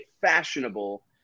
fashionable